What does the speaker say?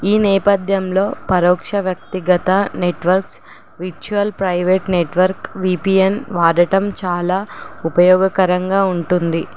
ఈ నేపథ్యంలో పరోక్ష వ్యక్తిగత networks virtual private network VPN వాడటం చాలా ఉపయోగకరంగా ఉంటుంది